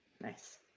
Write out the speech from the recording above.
Nice